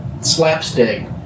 slapstick